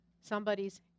Somebody's